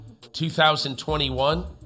2021